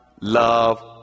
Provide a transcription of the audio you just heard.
love